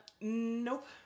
Nope